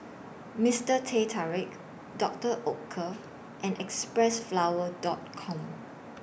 Mister Teh Tarik Doctor Oetker and Xpressflower Dot Com